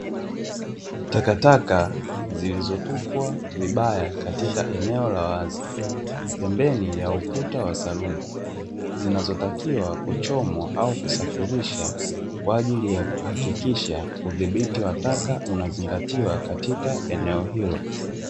Takataka zilizotupwa vibaya katika eneo la wazi, pembeni ya ukuta wa saruji. Zinazotakiwa kuchomwa au kusafirishwa kwa ajili ya kuhakikisha udhibiti wa taka unazingatiwa katika eneo hilo.